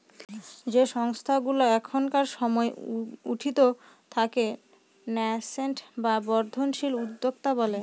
যে সংস্থাগুলা এখনকার সময় উঠতি তাকে ন্যাসেন্ট বা বর্ধনশীল উদ্যোক্তা বলে